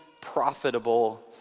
profitable